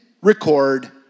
record